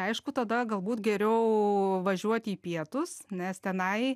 aišku tada galbūt geriau važiuoti į pietus nes tenai